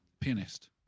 Pianist